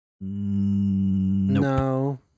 No